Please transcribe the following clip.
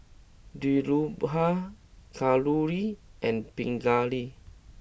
Dhirubhai Kalluri and Pingali